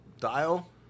dial